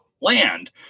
land